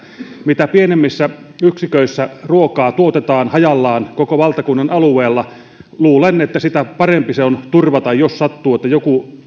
mitä pienemmissä yksiköissä ruokaa tuotetaan hajallaan koko valtakunnan alueella sitä parempi se on turvata jos sattuu niin että joku